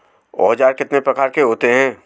औज़ार कितने प्रकार के होते हैं?